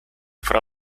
fra